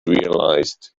realized